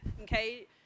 Okay